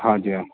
ہاں جی ہاں